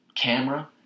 camera